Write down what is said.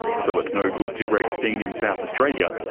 so it's no good to greg steen in south australia,